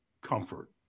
comfort